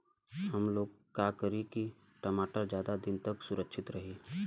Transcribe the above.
हमलोग का करी की टमाटर ज्यादा दिन तक सुरक्षित रही?